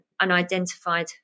unidentified